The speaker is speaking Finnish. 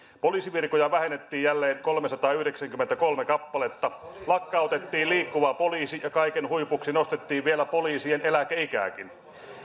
poliisivirkoja vähennettiin jälleen kolmesataayhdeksänkymmentäkolme kappaletta lakkautettiin liikkuva poliisi ja kaiken huipuksi nostettiin vielä poliisien eläkeikääkin